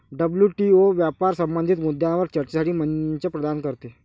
WTO व्यापार संबंधित मुद्द्यांवर चर्चेसाठी मंच प्रदान करते